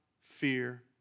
fear